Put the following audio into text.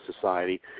society